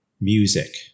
music